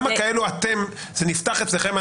כמה בקשות נפתחו אצלכם,